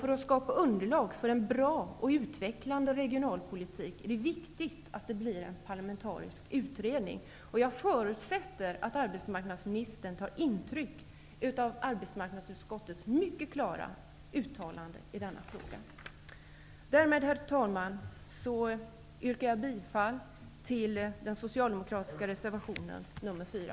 För att skapa ett underlag för en bra och utvecklande regionalpolitik är det viktigt att vi får en parlamentarisk utredning. Jag förutsätter att arbetsmarknadsministern tar intryck av arbetsmarknadsutskottets mycket klara uttalande i denna fråga. Herr talman! Med detta yrkar jag bifall till den socialdemokratiska reservationen nr 4.